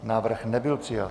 Návrh nebyl přijat.